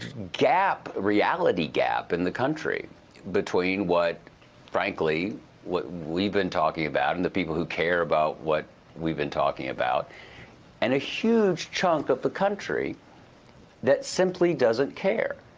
gap reality gap in the country between what frankly what we've been talking about and the people who care about what we've been talking about and a huge chunk of the country that simply doesn't care.